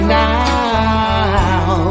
now